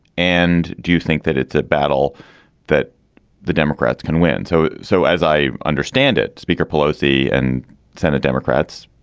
and do you think that it's a battle that the democrats can win? so. so, as i understand it, speaker pelosi and senate democrats,